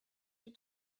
were